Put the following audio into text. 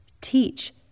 teach